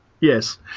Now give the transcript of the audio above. Yes